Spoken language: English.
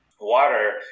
water